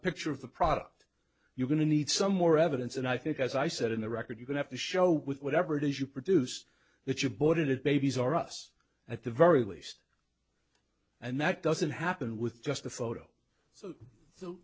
picture of the product you're going to need some more evidence and i think as i said in the record you could have to show with whatever it is you produced that you bought it at babies r us at the very least and that doesn't happen with just a photo so